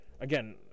again